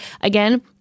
Again